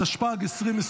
התשפ"ג 2023,